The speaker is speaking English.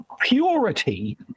purity